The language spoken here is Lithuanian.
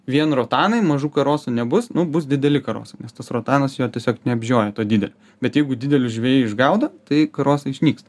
vien rotanai mažų karosų nebus nu bus dideli karosai nes tas rotanas jo tiesiog neapžioja to dide bet jeigu didelius žvejai išgaudo tai karosai išnyksta